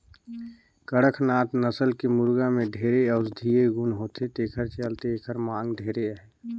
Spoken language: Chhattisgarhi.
कड़कनाथ नसल के मुरगा में ढेरे औसधीय गुन होथे तेखर चलते एखर मांग ढेरे अहे